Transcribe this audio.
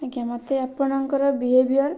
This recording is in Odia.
ଆଜ୍ଞା ମୋତେ ଆପଣଙ୍କର ବିହେଭିୟର୍